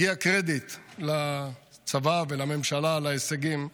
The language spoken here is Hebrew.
הגיע קרדיט לצבא ולממשלה על ההישגים,